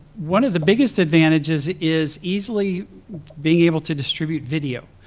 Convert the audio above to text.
one of the biggest advantages is easily being able to distribute video.